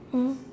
mm